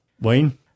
wayne